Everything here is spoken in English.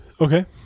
Okay